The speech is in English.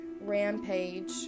rampage